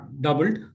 doubled